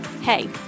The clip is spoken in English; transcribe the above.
Hey